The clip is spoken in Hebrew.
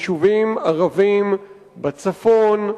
מיישובים ערביים בצפון,